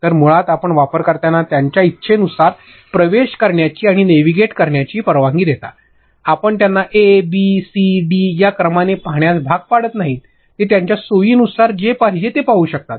तर मुळात आपण वापरकर्त्यांना त्यांच्या इच्छेनुसार प्रवेश करण्याची आणि नेव्हिगेट करण्याची परवानगी देता आपण त्यांना ए बी सी डी या क्रमाने पाहण्यास भाग पाडत नाही ते त्यांना त्यांच्या सोयीनुसार जे पाहिजे आहे ते पाहू शकतात